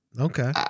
Okay